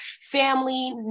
family